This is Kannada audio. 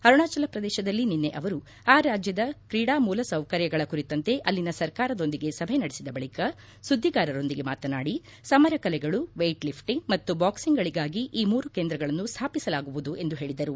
ಅರುಣಾಚಲ ಪ್ರದೇಶದಲ್ಲಿ ನಿನ್ನೆ ಅವರು ಆ ರಾಜ್ಯದ ಕ್ರೀಡಾ ಮೂಲ ಸೌಕರ್ಯಗಳ ಕುರಿತಂತೆ ಅಲ್ಲಿನ ಸರ್ಕಾರದೊಂದಿಗೆ ಸಭೆ ನಡೆಸಿದ ಬಳಿಕ ಸುದ್ದಿಗಾರರೊಂದಿಗೆ ಮಾತನಾಡಿ ಸಮರ ಕಲೆಗಳು ವೈಟ್ ಲಿಫ್ಲಿಂಗ್ ಮತ್ತು ಬಾಕ್ಸಿಂಗ್ಗಳಿಗಾಗಿ ಈ ಮೂರು ಕೇಂದ್ರಗಳನ್ನು ಸ್ವಾಪಿಸಲಾಗುವುದು ಎಂದು ಹೇಳಿದರು